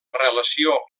relació